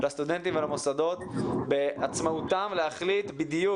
לסטודנטים ולמוסדות בעצמאותם להחליט בדיוק